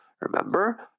Remember